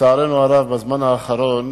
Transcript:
לצערנו הרב, בזמן האחרון